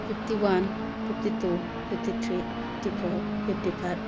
fifty one fifty two fifty three fifty four fifty five